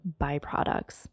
byproducts